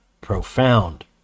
profound